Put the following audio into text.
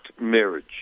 marriage